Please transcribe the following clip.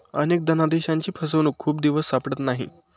अनेक धनादेशांची फसवणूक खूप दिवस सापडत नाहीत